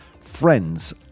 friends